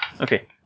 Okay